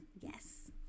Yes